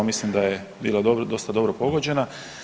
Mislim da je bila dosta dobro pogođena.